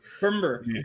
Remember